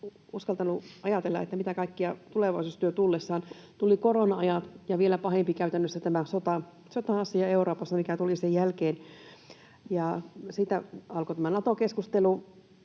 uskaltanut ajatella, mitä kaikkea tulevaisuus tuo tullessaan. Tuli korona-ajat, ja vielä pahempi oli käytännössä tämä sota-asia Euroopassa, mikä tuli sen jälkeen. Siitä alkoi tämä Nato-keskustelu,